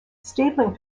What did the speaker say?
stabling